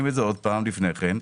ואנחנו בוחנים את זה עוד פעם לפני כן.